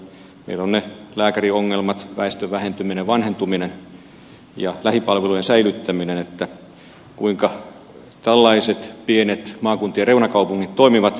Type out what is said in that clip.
meillä on lääkäriongelmat väestön vähentyminen vanhentuminen ja lähipalvelujen säilyttäminen niin että kuinka tällaiset pienet maakuntien reunakaupungit toimivat